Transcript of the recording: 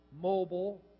mobile